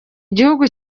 gihugu